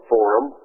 Forum